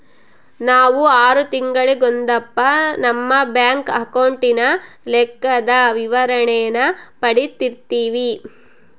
ನಾವು ಆರು ತಿಂಗಳಿಗೊಂದಪ್ಪ ನಮ್ಮ ಬ್ಯಾಂಕ್ ಅಕೌಂಟಿನ ಲೆಕ್ಕದ ವಿವರಣೇನ ಪಡೀತಿರ್ತೀವಿ